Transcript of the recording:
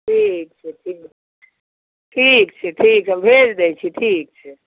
ठीक छै ठीक छै ठीक छै ठीक छै हम भेज दै छी ठीक छै